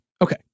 Okay